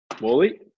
Wally